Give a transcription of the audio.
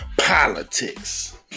politics